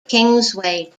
kingsway